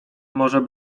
może